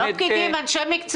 לא פקידים, אלה אנשי מקצוע.